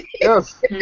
Yes